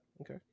Okay